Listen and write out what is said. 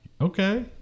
Okay